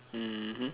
mmhmm